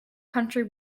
country